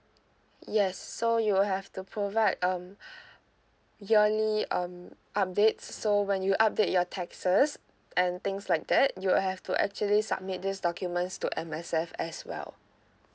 yes so you will have to provide um yearly um update so when you update your taxes and things like that you will have to actually submit these documents to M_S_F as well